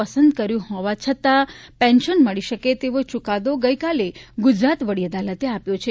પસંદ કર્યુ હોવા છતાં પેન્શન મળી શકે તેવો ચુકાદો ગઇકાલે ગુજરાત વડી અદાલતે આપ્યો છે